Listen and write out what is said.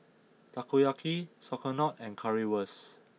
Takoyaki Sauerkraut and Currywurst